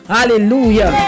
Hallelujah